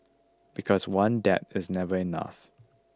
because one dab is never enough